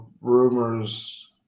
rumors